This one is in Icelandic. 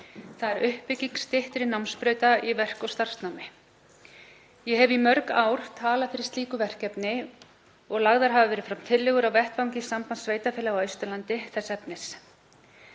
það er uppbygging styttri námsbrauta í verk- og starfsnámi. Ég hef í mörg ár talað fyrir slíku verkefni og lagðar hafa verið fram tillögur á vettvangi Sambands sveitarfélaga á Austurlandi þess efnis.